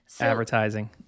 advertising